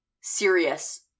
serious